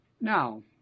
Now